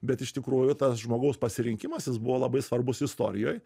bet iš tikrųjų tas žmogaus pasirinkimas jis buvo labai svarbus istorijoj